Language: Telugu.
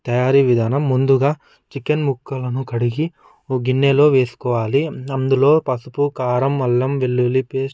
తయారీ విధానం ముందుగా చికెన్ ముక్కలను కడిగి ఒక గిన్నెలో వేసుకోవాలి అందులో పసుపు కారం అల్లం వెల్లుల్లి పేస్టు